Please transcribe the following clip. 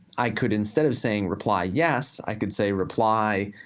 i could instead of saying reply yes. i could say reply,